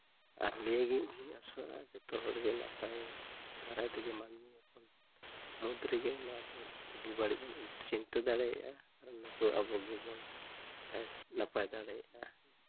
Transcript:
ᱟᱨ ᱱᱤᱭᱟᱹᱜᱮ ᱤᱧᱦᱚᱧ ᱟᱥᱚᱜᱼᱟ ᱡᱚᱛᱚ ᱦᱚᱲᱜᱮ ᱱᱟᱯᱟᱭ ᱫᱟᱨᱟᱭ ᱛᱮᱜᱮ ᱢᱟᱹᱱᱢᱤ ᱠᱚ ᱢᱩᱫᱽᱨᱮ ᱜᱮ ᱱᱚᱣᱟ ᱠᱚ ᱵᱳᱜᱤ ᱵᱟᱹᱲᱤᱡ ᱵᱚᱱ ᱩᱭᱦᱟᱹᱨ ᱪᱤᱱᱛᱟᱹ ᱫᱟᱲᱮᱭᱟᱜᱼᱟ ᱟᱨ ᱱᱩᱠᱩ ᱟᱵᱚ ᱜᱮᱵᱚᱱ ᱱᱟᱯᱟᱭ ᱫᱟᱲᱮᱭᱟᱜᱼᱟ